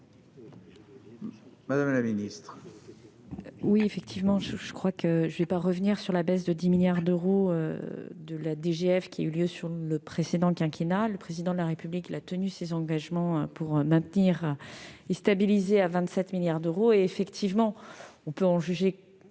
Madame la ministre,